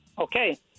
Okay